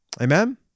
Amen